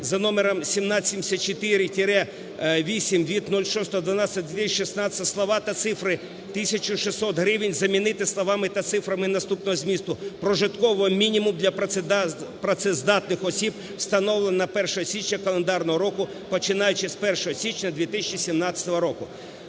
України" № 1774-8 від 06.12.2016 слова та цифри "1600 гривень" замінити словами та цифрами наступного змісту: "прожиткового мінімуму для працездатних осіб, встановленого на 1 січня календарного року, починаючи з 1 січня 2017 року".